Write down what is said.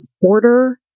Order